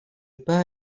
pas